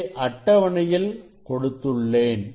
இங்கே அட்டவணையில் கொடுத்துள்ளேன்